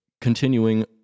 Continuing